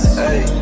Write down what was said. ayy